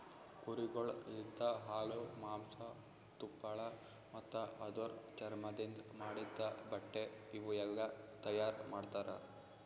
ಕುರಿಗೊಳ್ ಲಿಂತ ಹಾಲು, ಮಾಂಸ, ತುಪ್ಪಳ ಮತ್ತ ಅದುರ್ ಚರ್ಮದಿಂದ್ ಮಾಡಿದ್ದ ಬಟ್ಟೆ ಇವುಯೆಲ್ಲ ತೈಯಾರ್ ಮಾಡ್ತರ